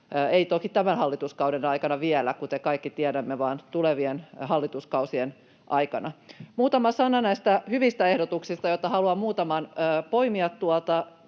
Ei toki tämän hallituskauden aikana vielä, kuten kaikki tiedämme, vaan tulevien hallituskausien aikana. Muutama sana näistä hyvistä ehdotuksista, joita haluan muutaman poimia